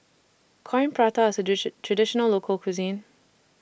Coin Prata IS A Traditional Local Cuisine